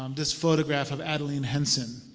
um this photograph of adeline henson.